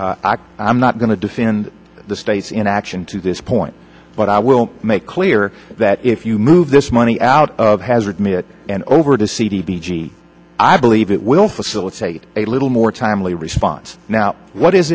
pot i'm not going to defend the state's inaction to this point but i will make clear that if you move this money out of hazard and over to cd b g i believe it will facilitate a little more timely response now what is